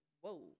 whoa